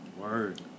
Word